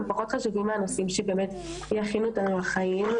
הם פחות חשובים מהנושאים שבאמת יכינו אותנו לחיים,